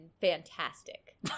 fantastic